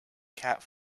cat